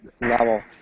level